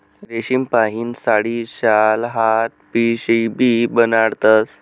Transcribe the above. रेशीमपाहीन साडी, शाल, हात पिशीबी बनाडतस